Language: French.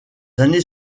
années